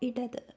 ഇടത്